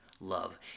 love